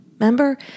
Remember